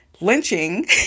lynching